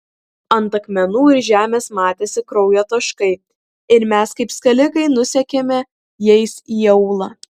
ant akmenų ir žemės matėsi kraujo taškai ir mes kaip skalikai nusekėme jais į aūlą